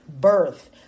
birth